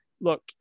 look